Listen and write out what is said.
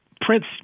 Prince